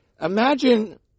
imagine